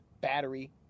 battery